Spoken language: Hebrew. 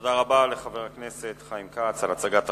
תודה רבה לחבר הכנסת חיים כץ על הצגת החוק.